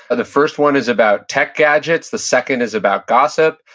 and the first one is about tech gadgets, the second is about gossip,